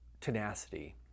tenacity